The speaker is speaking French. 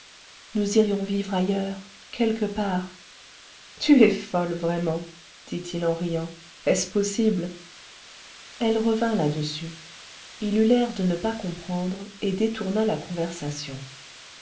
nous irions vivre ailleurs quelque part tu es folle vraiment dit-il en riant est-ce possible elle revint là-dessus il eut l'air de ne pas comprendre et détourna la conversation